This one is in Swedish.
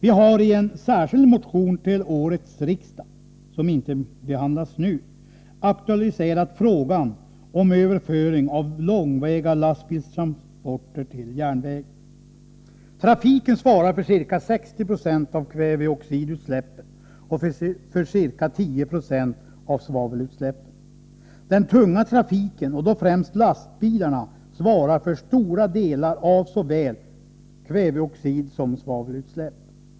Vi har i en särskild motion till årets riksdag, som inte behandlas nu, aktualiserat frågan om överföring av långväga lastbilstransporter till järnväg. Trafiken svarar för ca 60 70 av kväveoxidutsläppen och för ca 10 20 av svavelutsläppen. Den tunga trafiken, och då främst lastbilarna, svarar för stora delar av såväl kväveoxidsom svavelutsläpp.